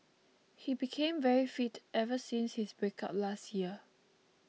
he became very fit ever since his breakup last year